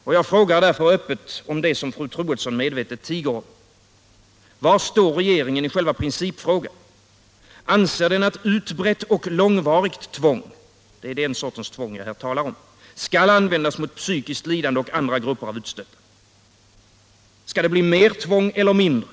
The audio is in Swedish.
Och jag frågar därför öppet om det som fru Troedsson medvetet tiger om: Var står regeringen i själva principfrågan? Anser den att utbrett och långvarigt tvång — det är den sortens tvång jag här talar om — skall användas mot psykiskt lidande och andra grupper av utstötta? Skall det bli mer tvång eller mindre?